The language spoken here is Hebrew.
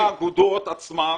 מה עם האגודות עצמן?